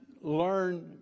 learn